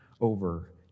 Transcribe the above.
over